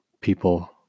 people